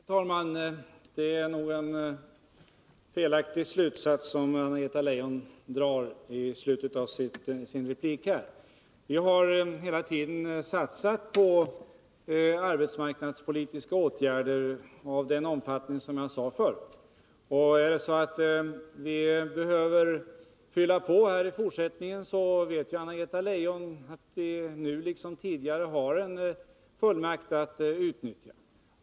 Herr talman! Det är nog en felaktig slutsats som Anna-Greta Leijon drar i slutet av sin replik. Vi har hela tiden satsat på arbetsmarknadspolitiska åtgärder av den omfattning som jag nämnde tidigare. Behöver vi fylla på i fortsättningen vet ju Anna-Greta Leijon att vi nu liksom tidigare har en fullmakt att utnyttja.